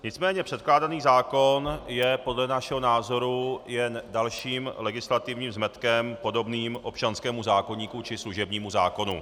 Nicméně předkládaný zákon je podle našeho názoru jen dalším legislativním zmetkem podobným občanskému zákoníku či služebnímu zákonu.